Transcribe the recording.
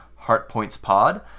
HeartPointsPod